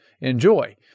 enjoy